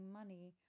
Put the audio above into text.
money